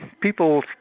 people